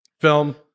Film